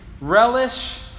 Relish